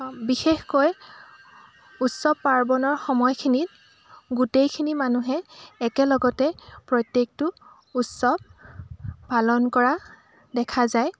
বিশেষকৈ উৎসৱ পাৰ্বনৰ সময়খিনিত গোটেইখিনি মানুহে একেলগতে প্ৰত্যেকটো উৎসৱ পালন কৰা দেখা যায়